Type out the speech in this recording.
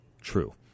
true